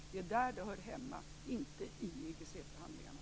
Det är där det hör hemma, inte i IGC-förhandlingarna.